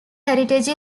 heritage